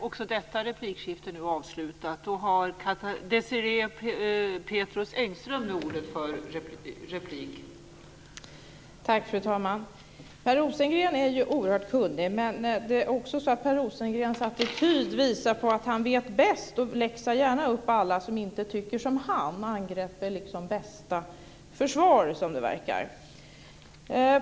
Fru talman! Per Rosengren är oerhört kunnig, men Per Rosengrens attityd är att han vet bäst. Han läxar gärna upp alla som inte tycker som han. Angrepp är bästa försvar, som det verkar.